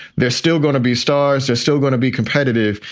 they're still gonna be stars. they're still going to be competitive.